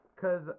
cause